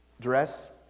dress